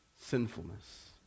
sinfulness